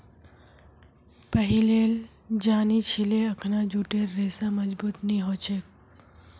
पहिलेल जानिह छिले अखना जूटेर रेशा मजबूत नी ह छेक